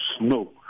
No